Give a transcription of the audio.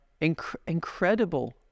incredible